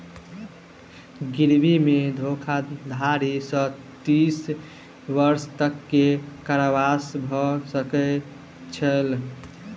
गिरवी मे धोखाधड़ी सॅ तीस वर्ष तक के कारावास भ सकै छै